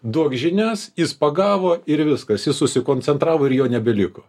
duok žinias jis pagavo ir viskas jis susikoncentravo ir jo nebeliko